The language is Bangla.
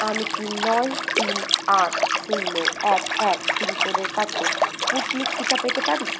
আমি কি নয় তিন আট শূন্য এক এক পিনকোডের কাছে স্পুটনিক টিকা পেতে পারি